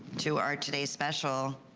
to our today special